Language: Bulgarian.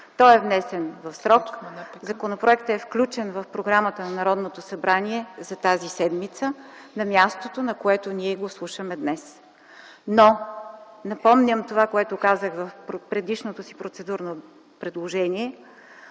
Той е внесен в срок. Законопроектът е включен в програмата на Народното събрание на мястото, на което ние го слушаме днес. Напомням това, което казах в предишното си процедурно предложение